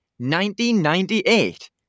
1998